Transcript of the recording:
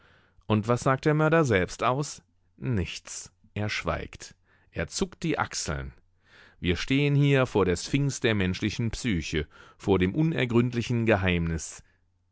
und was sagt der mörder selbst aus nichts er schweigt er zuckt die achseln wir stehen hier vor der sphinx der menschlichen psyche vor dem unergründlichen geheimnis